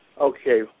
Okay